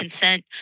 consent